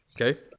Okay